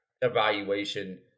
evaluation